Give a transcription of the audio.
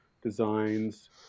designs